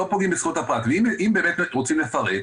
אם רוצים לפרט,